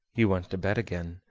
he went to bed again,